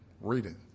reading